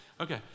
Okay